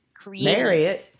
Create